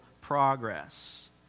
progress